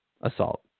assault